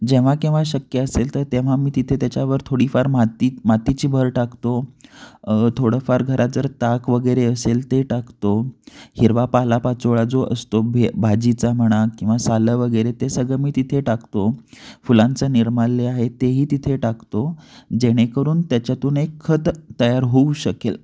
जेव्हा केव्हा शक्य असेल तर तेव्हा मी तिथे त्याच्यावर थोडीफार माती मातीची भर टाकतो थोडंफार घरात जर ताक वगैरे असेल ते टाकतो हिरवा पालापाचोळा जो असतो भे भाजीचा म्हणा किंवा सालं वगैरे ते सगळं मी तिथे टाकतो फुलांचं निर्माल्य आहे तेही तिथे टाकतो जेणेकरून त्याच्यातून एक खत तयार होऊ शकेल